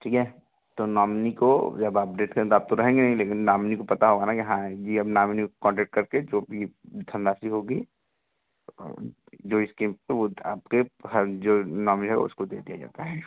ठीक है तो नॉमनी को जब आप डेथ करेंगे आप तो रहेंगे नहीं लेकिन नामनी को पता होगा न कि हाँ ये अब नामनी को कॉन्टैक्ट करके जो भी धनराशि होगी जो इस्कीम होता वो आपके हर जो नॉमिनी है उसको दे दिया जाता है